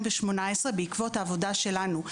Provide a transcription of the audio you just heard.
בעקבות העבודה שלנו,